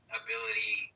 ability